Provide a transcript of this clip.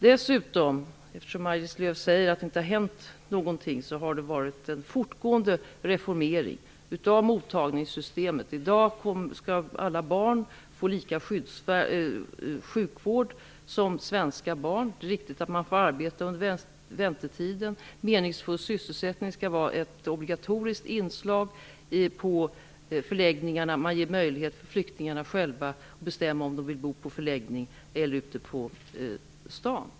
Dessutom -- eftersom Maj-Lis Lööw säger att det inte har hänt någonting -- har det skett en fortgående reformering av mottagningssystemet. I dag skall alla barn få lika sjukvård som svenska barn. Det är riktigt att man får arbeta under väntetiden. Meningsfull sysselsättning skall vara ett obligatoriskt inslag på förläggningarna. Flyktingarna ges möjlighet att själva bestämma om de vill bo på förläggning eller ute på stan.